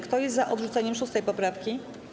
Kto jest za odrzuceniem 6. poprawki?